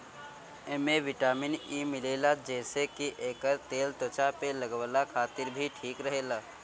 एमे vitamin E मिलेला जेसे की एकर तेल त्वचा पे लगवला खातिर भी ठीक रहेला